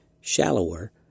shallower